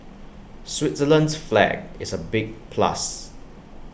Switzerland's flag is A big plus